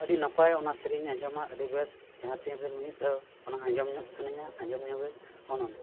ᱟᱹᱰᱤ ᱱᱟᱯᱟᱭ ᱚᱱᱟ ᱥᱮᱨᱮᱧ ᱟᱸᱡᱚᱢᱟ ᱟᱹᱰᱤ ᱵᱮᱹᱥ ᱡᱟᱦᱟᱸ ᱛᱤᱱ ᱨᱮ ᱢᱤᱼᱢᱤᱫ ᱫᱷᱟᱣ ᱚᱱᱟ ᱧᱚᱜ ᱥᱟᱱᱟᱧᱟ ᱟᱸᱡᱚᱢ ᱧᱚᱜ ᱟᱹᱧ ᱚᱱᱮ ᱚᱱᱠᱟ